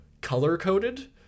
color-coded